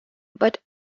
but